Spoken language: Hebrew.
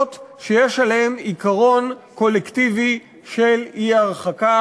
שיש עליהן עיקרון קולקטיבי של אי-הרחקה,